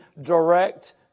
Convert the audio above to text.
direct